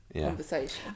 conversation